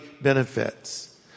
benefits